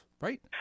right